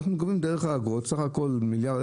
אנחנו גובים דרך האגרות, בסך הכול מיליארד.